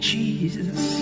Jesus